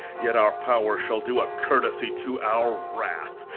yet our power shall do a court'sy to our wrath,